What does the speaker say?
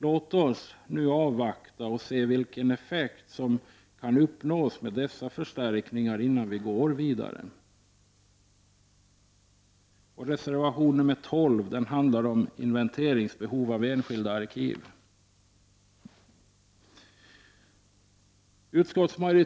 Låt oss nu avvakta och se vilken effekt som kan uppnås med dessa förstärkningar innan vi går vidare. skottsmajoriteten upplever nog att det som reservanterna efterlyser till stora — Prot.